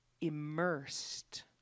immersed